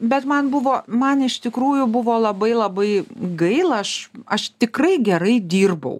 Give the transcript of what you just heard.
bet man buvo man iš tikrųjų buvo labai labai gaila aš aš tikrai gerai dirbau